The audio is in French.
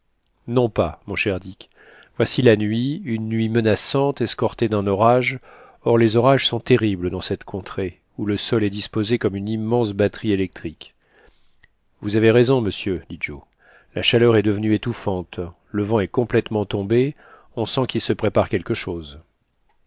non pas mon cher dick voici la nuit une nuit menaçante escortée d'un orage or les orages sont terribles dans cette contrée où le sol est disposé comme une immense batterie électrique vous avez raison monsieur dit joe la chaleur est devenue étouffante le vent est complètement qu'il se prépare quelque chose